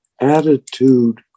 attitude